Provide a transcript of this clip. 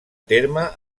terme